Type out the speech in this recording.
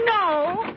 no